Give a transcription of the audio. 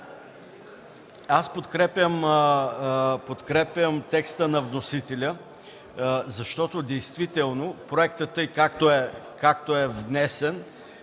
Подкрепям текста на вносителя, защото действително проектът, така както е внесен,